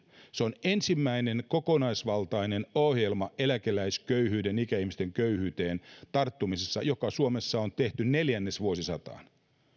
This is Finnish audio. se on ensimmäinen kokonaisvaltainen ohjelma eläkeläisköyhyyteen ikäihmisten köyhyyteen tarttumisessa joka suomessa on tehty neljännesvuosisataan hallituksen ikäihmisiä koskeva